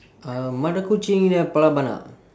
uh mata kucing pala bana